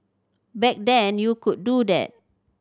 back then you could do that